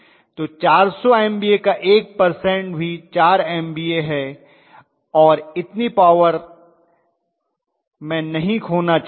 तो 400 MVA का 1 percent भी 4 MVA है मैं इतनी पॉवर नहीं खोना चाहता